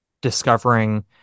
discovering